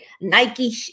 Nike